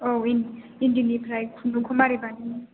औ इन्दिनिफ्राय खुन्दुंखौ माबोरै बानायो